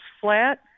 flat